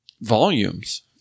volumes